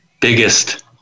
biggest